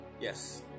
yes